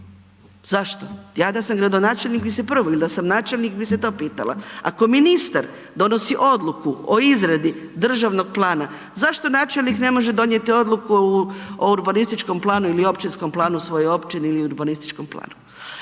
Zašto? Ja da sam gradonačelnik bi se .../Govornik se ne razumije./... ili da sam načelnik bi se to pitala. Ako ministar donosi Odluku o izradi Državnog plana zašto načelnik ne može donijeti Odluku o urbanističkom planu ili općinskom planu svoje Općine, ili urbanističkom planu?